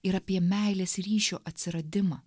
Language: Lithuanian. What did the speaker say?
ir apie meilės ryšio atsiradimą